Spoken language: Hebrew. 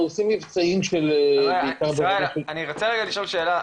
רגע ישראל, אני רוצה רגע לשאול שאלה.